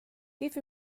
give